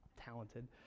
Talented